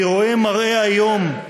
אני רואה מראה איום.